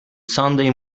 sunday